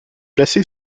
placée